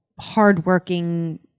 hardworking